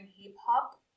hip-hop